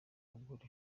abagore